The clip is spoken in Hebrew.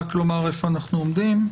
רק לומר איפה אנחנו עומדים.